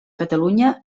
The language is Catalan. catalunya